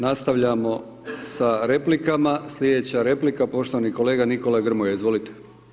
Nastavljamo sa replikama, sljedeća replika, poštovani kolega Nikola Grmoja, izvolite.